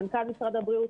של מנכ"ל משרד הבריאות,